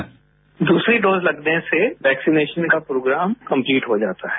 bite दूसरी dose लगने से वैक्सीनेशन का प्रोग्राम कम्पलीट हो जाता है